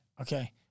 Okay